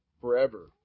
forever